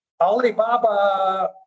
Alibaba